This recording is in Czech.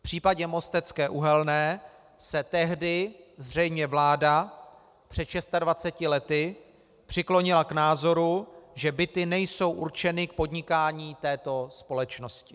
V případě Mostecké uhelné se tehdy zřejmě vláda před 26 lety přiklonila k názoru, že byty nejsou určeny k podnikání této společnosti.